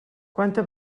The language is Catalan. quanta